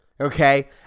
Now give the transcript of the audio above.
Okay